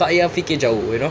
tak yah fikir jauh you know